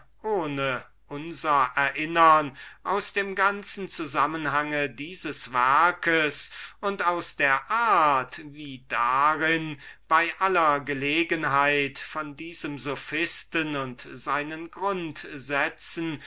unser erinnern aus dem ganzen zusammenhang unsers werkes und aus der art wie wir bei aller gelegenheit von diesem sophisten und seinen grundsätzen